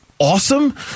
awesome